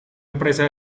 empresa